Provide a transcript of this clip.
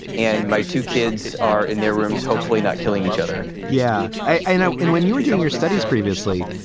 and my two kids are in their rooms, hopefully not killing each other yeah, i know. and when you were doing your studies previously,